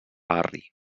arri